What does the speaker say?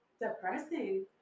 depressing